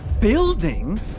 Building